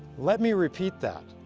let me repeat that.